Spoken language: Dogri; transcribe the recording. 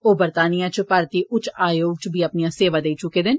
ओ बरतानिया च भारतीय उच्चा आयोग च बी अपनियां सेवा देई चुके दे न